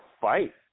fight